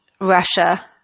Russia